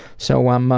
so i'm